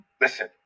listen